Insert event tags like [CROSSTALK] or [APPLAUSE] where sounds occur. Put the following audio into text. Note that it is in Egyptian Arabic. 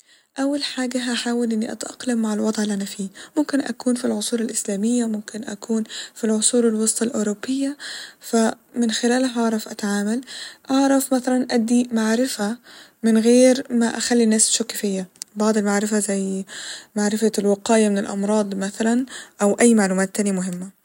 أول حاجة هحاول إني أتأقلم مع الوضع اللي أنا فيه ، ممكن أكون في العصور الإسلامية ممكن أكون في العصور الوسطى الأوروبية ف من خلال هعرف أتعامل ، اعرف مثلا ادي معرفة من غير ما اخلى الناس تشك فيا ، بعض المعرفة زي [HESITATION] معرفة الوقاية من الأمراض مثلا أو أي معلومات تانية مهمة